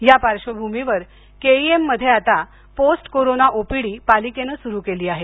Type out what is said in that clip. या पार्श्वभूमीवर केईएममध्ये आता पोस्ट कोरोना ओपीडी पालिकेनं सुरू केली आहे